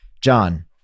John